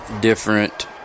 different